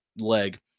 leg